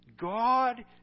God